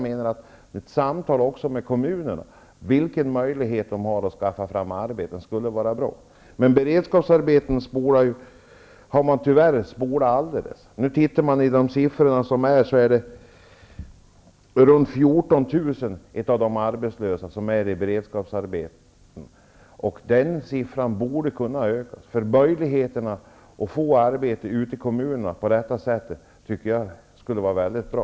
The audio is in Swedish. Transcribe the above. Ett samtal också med kommunerna om vilka möjligheter de har att skaffa fram arbeten skulle därför vara bra. Beredskaparbeten har tyvärr spolats helt. Nu är ca 14 000 av de arbetslösa har beredskapsarbeten, och den andelen borde kunna öka, då möjligheter att få arbete ute i kommunerna på detta sätt skulle vara mycket bra.